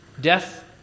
death